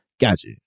gotcha